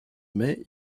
mai